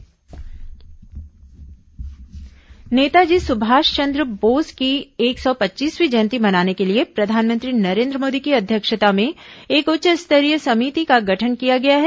सुभाषचंद्र बोस जयंती समिति नेताजी सुभाष चंद्र बोस की एक सौ पच्चीसवीं जयंती मनाने के लिए प्रधानमंत्री नरेंद्र मोदी की अध्यक्षता में एक उच्च स्तरीय समिति का गठन किया गया है